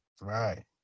Right